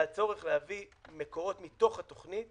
והיה צורך להביא מקורות מתוך התוכנית